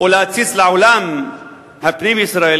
ולהציץ לעולם הפנים-ישראלי,